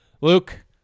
Luke